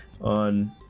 on